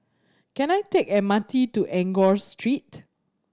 can I take M R T to Enggor Street